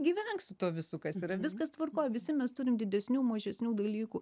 gyvenk su tuo visu kas yra viskas tvarkoj visi mes turim didesnių mažesnių dalykų